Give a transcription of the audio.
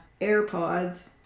AirPods